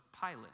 Pilate